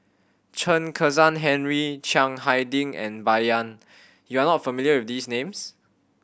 Chen Kezhan Henri Chiang Hai Ding and Bai Yan you are not familiar with these names